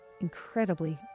incredibly